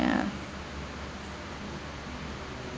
ya